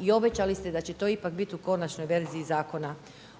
i obećali ste da će to ipak bit u konačnoj verziji zakona.